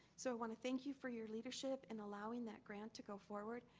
so i wanna thank you for your leadership and allowing that grant to go forward,